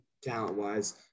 talent-wise